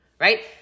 right